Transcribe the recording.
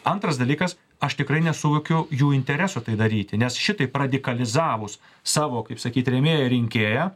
antras dalykas aš tikrai nesuvokiu jų interesų tai daryti nes šitaip radikalizavus savo kaip sakyt rėmėjo rinkėją